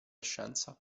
scienza